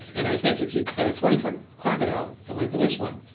and i think if you had a twenty foot crocodile, the length of this one,